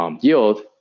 yield